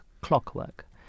clockwork